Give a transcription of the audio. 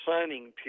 signing